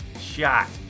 shot